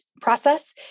process